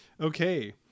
Okay